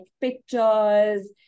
pictures